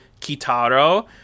Kitaro